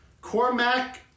Cormac